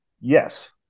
Yes